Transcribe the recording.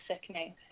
sickening